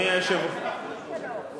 שלא יבינו אותך לא נכון.